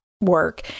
work